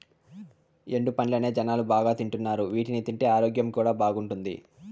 ఎండు పండ్లనే జనాలు బాగా తింటున్నారు వీటిని తింటే ఆరోగ్యం కూడా బాగుంటాది